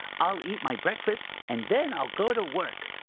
i'll eat my breakfast, and then i'll go to work.